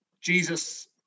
Jesus